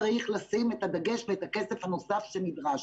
צריך לשים את הדגש ואת הכסף הנוסף שנדרש.